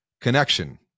connection